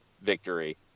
victory